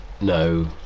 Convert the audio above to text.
no